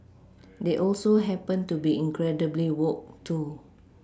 they also happen to be incredibly woke too